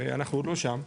אנחנו עוד לא שם,